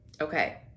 Okay